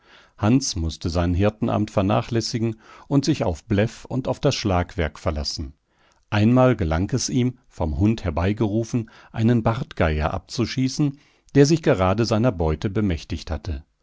hans mußte sein hirtenamt vernachlässigen und sich auf bläff und auf das schlagwerk verlassen einmal gelang es ihm vom hund herbeigerufen einen bartgeier abzuschießen der sich gerade seiner beute bemächtigt hatte